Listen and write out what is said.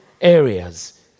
areas